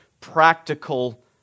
practical